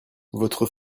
votre